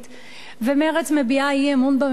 ומרצ מביעה אי-אמון בממשלה.